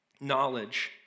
Knowledge